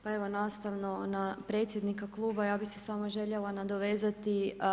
Pa evo nastavno na predsjednika Kluba ja bih se samo željela nadovezati.